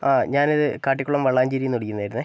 ആ ഞാനിത് കാട്ടിക്കോളം വളാഞ്ചേരി എന്ന് വിളിക്കുന്നതായിരുന്നു